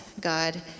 God